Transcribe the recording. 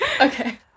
okay